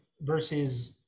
versus